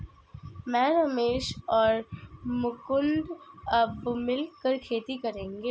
मैं, रमेश और मुकुंद अब मिलकर खेती करेंगे